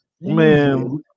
man